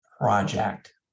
project